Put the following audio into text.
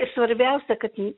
svarbiausia kad